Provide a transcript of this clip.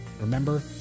Remember